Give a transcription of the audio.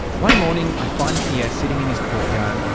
one morning i find pierre sitting in his courtyard.